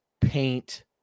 paint